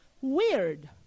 Weird